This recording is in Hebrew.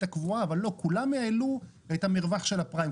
הקבועה אבל לא כולם העלו את המרווח של הפריים,